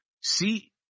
see